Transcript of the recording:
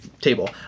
table